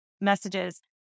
messages